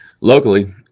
Locally